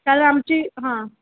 कारण आमची हां